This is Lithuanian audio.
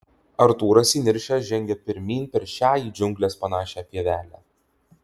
artūras įniršęs žengia pirmyn per šią į džiungles panašią pievelę